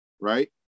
right